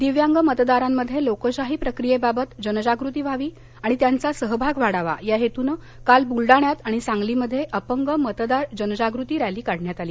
दिव्यांग मतदारांमध्ये लोकशाही प्रकियेबाबत जनजागृती व्हावी आणि त्यांचा सहभाग वाढावा या हेतूनं काल बुलडाण्यात आणि सांगलीमध्ये अपंग मतदार जनजागृती रॅली काढण्यात आली